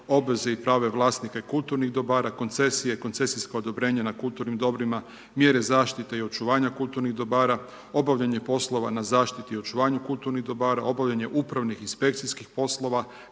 obveze i prave vlasnike kulturnih dobara, koncesije, koncesijske odobrenja, na kulturnim dobrima, mjere zaštite i očuvanje kulturnih dobara, obavljanje poslova na zaštite očuvanje kulturnih dobara, obavljanje upravnih i inspekcijskih poslova,